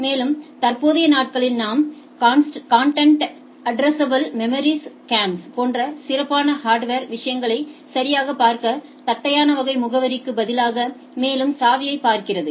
மேலும் தற்போதைய நாட்களில் நாம் கன்டென்ட் அட்ரஸ்அபிள் மெமரிஸ் கேம்ஸ் போன்ற சிறப்பான ஹார்ட்வர்கள் விஷயங்களை சரியாகப் பார்க்க தட்டையான வகை முகவரிக்கு பதிலாக மேலும் சாவியைப் பார்க்கிறது